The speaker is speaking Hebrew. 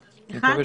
אלה: